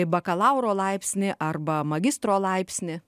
bakalauro laipsnį arba magistro laipsnį